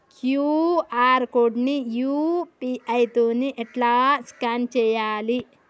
QR code ని UPI తోని ఎట్లా స్కాన్ చేయాలి?